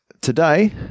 Today